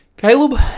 Caleb